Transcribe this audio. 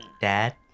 Dad